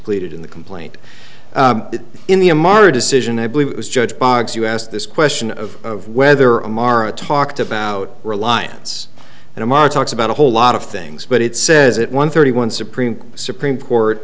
pleaded in the complaint in the m r a decision i believe it was judge biogs you asked this question of whether o'mara talked about reliance and m r talks about a whole lot of things but it says it one thirty one supreme supreme court